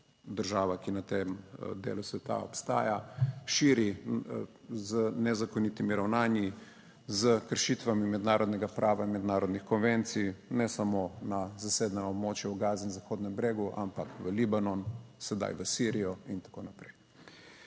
država, ki na tem delu sveta obstaja, širi z nezakonitimi ravnanji, s kršitvami mednarodnega prava, mednarodnih konvencij ne samo na zasedenem območju v Gazi in Zahodnem bregu, ampak v Libanon sedaj v Sirijo in tako naprej.